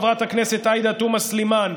חברת הכנסת עאידה תומא סלימאן,